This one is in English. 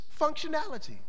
functionality